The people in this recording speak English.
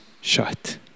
shut